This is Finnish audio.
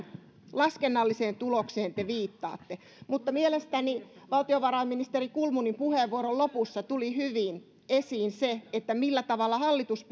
laskennalliseen tulokseen te viittaatte mielestäni valtiovarainministeri kulmunin puheenvuoron lopussa tuli hyvin esiin se millä tavalla hallitus